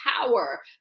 power